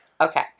Okay